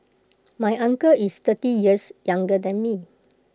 my uncle is thirty years younger than me